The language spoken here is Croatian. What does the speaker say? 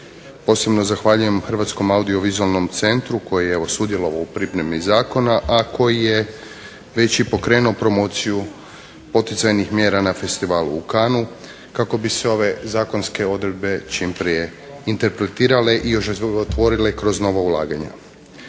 Posebno zahvaljujem Hrvatskom audiovizualnom centru koji je evo sudjelovao u pripremi zakona, a koji je već i pokrenuo promociju poticajnih mjera na festivalu u Cannesu kako bi se ove zakonske odredbe čim prije interpretirale i oživotvorile kroz nova ulaganja.